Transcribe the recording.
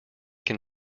can